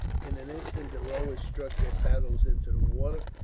in an instant the rowers struck their paddles into the water,